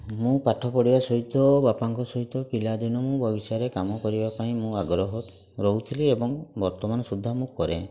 ମୁଁ ପାଠ ପଢ଼ିବା ସହିତ ବାପାଙ୍କ ସହିତ ପିଲାଦିନୁ ମୁଁ ବଗିଚାରେ କାମ କରିବା ପାଇଁ ମୁଁ ଆଗ୍ରହ ରହୁଥିଲି ଏବଂ ବର୍ତ୍ତମାନ ସୁଦ୍ଧା ମୁଁ କରେ